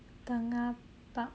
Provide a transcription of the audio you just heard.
tengah park